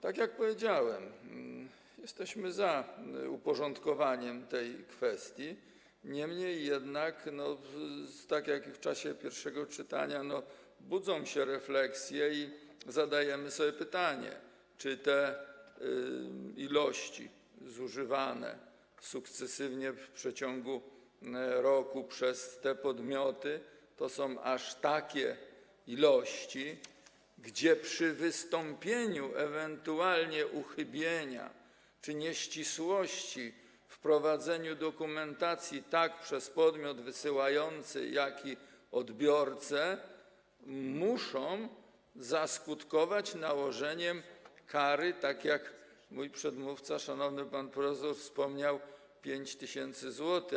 Tak jak powiedziałem, jesteśmy za uporządkowaniem tej kwestii, niemniej jednak, tak jak w czasie pierwszego czytania, budzą się refleksje i zadajemy sobie pytanie, czy te ilości zużywane sukcesywnie w ciągu roku przez te podmioty to są aż takie ilości, że przy wystąpieniu ewentualnie uchybienia czy nieścisłości w prowadzeniu dokumentacji - tak przez podmiot wysyłający, jak i przez odbiorcę - muszą zaskutkować nałożeniem kary, tak jak mój przedmówca, szanowny pan profesor wspomniał, 5 tys. zł.